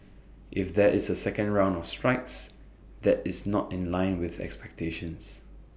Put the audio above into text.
if there is A second round of strikes that is not in line with expectations